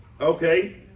Okay